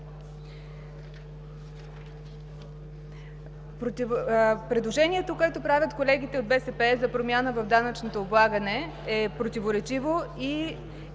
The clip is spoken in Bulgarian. Предложението, което правят колегите от БСП за промяна в данъчното облагане, е противоречиво и